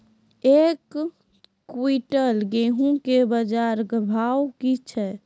एक क्विंटल गेहूँ के बाजार भाव की छ?